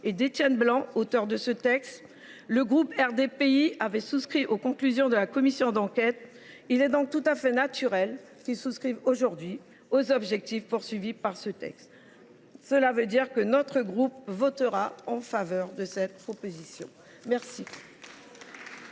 et d’Étienne Blanc, auteur de ce texte. Le groupe RDPI avait souscrit aux conclusions de la commission d’enquête ; il est donc tout à fait naturel qu’il soutienne aujourd’hui les objectifs de ce texte. Notre groupe votera en faveur de cette proposition de loi.